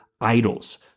idols